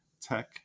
Tech